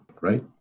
right